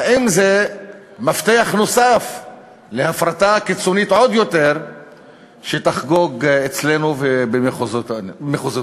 האם זה מפתח נוסף להפרטה קיצונית עוד יותר שתחגוג אצלנו ובמחוזותינו?